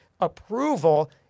approval